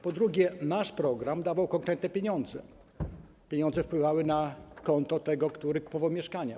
Po drugie, nasz program dawał konkretne pieniądze, pieniądze wpływały na konto tego, który kupował mieszkanie.